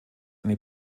eine